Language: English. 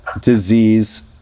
Disease